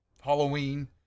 Halloween